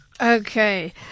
Okay